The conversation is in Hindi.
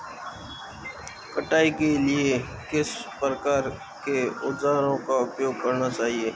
कटाई के लिए किस प्रकार के औज़ारों का उपयोग करना चाहिए?